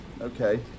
Okay